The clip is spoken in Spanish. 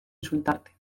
insultarte